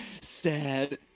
Sad